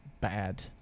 bad